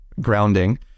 grounding